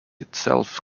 itself